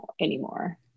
anymore